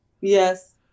Yes